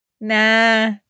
Nah